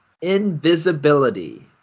Invisibility